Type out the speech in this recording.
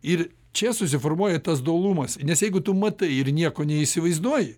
ir čia susiformuoja tas dualumas nes jeigu tu matai ir nieko neįsivaizduoji